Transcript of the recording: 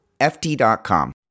FT.com